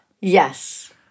Yes